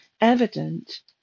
evident